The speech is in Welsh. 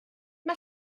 mae